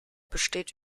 besteht